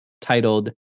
titled